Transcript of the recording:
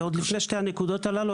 ועוד לפני שתי הנקודות הללו,